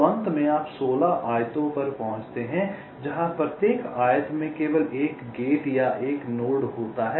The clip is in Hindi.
तो अंत में आप 16 आयतों पर पहुँचते हैं जहाँ प्रत्येक आयत में केवल 1 गेट या 1 नोड होता है